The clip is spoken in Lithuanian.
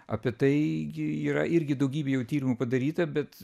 apie tai gi yra irgi daugybė jau tyrimų padaryta bet